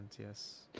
yes